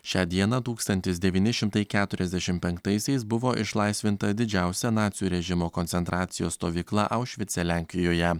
šią dieną tūkstantis devyni šimtai keturiasdešimt penktaisiais buvo išlaisvinta didžiausia nacių režimo koncentracijos stovykla aušvice lenkijoje